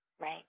Right